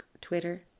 Twitter